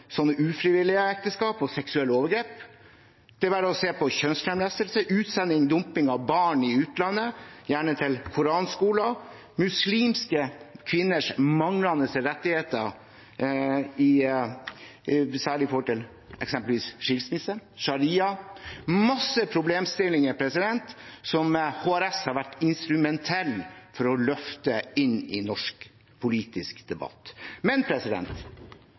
ekteskap og seksuelle overgrep. Det er bare å se på kjønnslemlestelse, utsending og dumping av barn i utlandet – gjerne på koranskoler – muslimske kvinners manglende rettigheter særlig i forbindelse med eksempelvis skilsmisse, sharia – mange problemstillinger som Human Rights Service har vært instrumentell for å løfte inn i norsk politisk debatt. Men